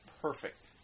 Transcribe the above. perfect